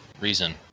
reason